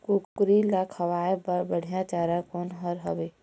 कुकरी ला खवाए बर बढीया चारा कोन हर हावे?